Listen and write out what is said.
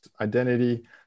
identity